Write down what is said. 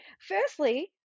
Firstly